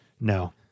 No